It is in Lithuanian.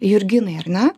jurginai ar ne